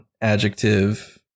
adjective